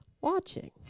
watching